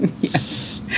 Yes